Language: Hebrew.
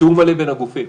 תיאום מלא בין הגופים